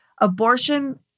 abortion